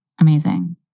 Amazing